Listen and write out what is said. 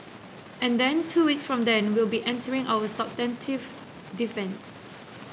and then two weeks from then we'll be entering our substantive defence